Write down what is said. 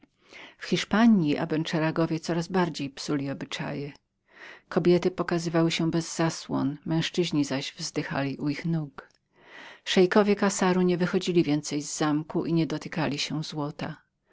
w hiszpanji abenseragi coraz bardziej psuli obyczaje kobiety pokazywały się bez zasłon męzczyzni zaś u ich nóg wzdychali szeikowie kassaru nie wychodzili więcej z zamku i niedotykali się złota